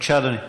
בבקשה, אדוני.